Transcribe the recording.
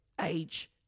age